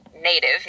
native